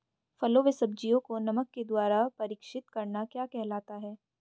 फलों व सब्जियों को नमक के द्वारा परीक्षित करना क्या कहलाता है?